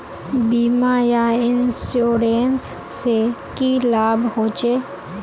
बीमा या इंश्योरेंस से की लाभ होचे?